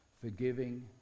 forgiving